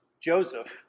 Joseph